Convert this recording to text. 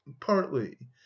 partly